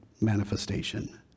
manifestation